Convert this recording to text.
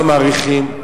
לא מאריכים.